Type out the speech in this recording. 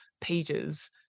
pages